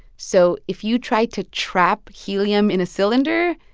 so if you try to trap helium in a cylinder,